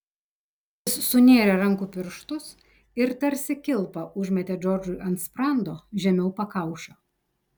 jis sunėrė rankų pirštus ir tarsi kilpą užmetė džordžui ant sprando žemiau pakaušio